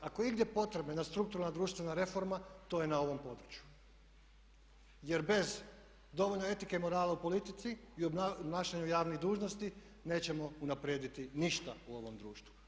Ako je igdje potrebna jedna strukturalna društvena reforma to je na ovom području, jer bez dovoljno etike i morala u politici i obnašanju javnih dužnosti nećemo unaprijediti ništa u ovom društvu.